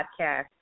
podcast